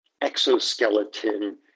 exoskeleton